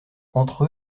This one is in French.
entre